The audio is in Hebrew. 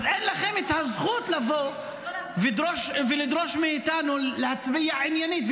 אז אין לכם את הזכות לבוא ולדרוש מאיתנו להצביע עניינית.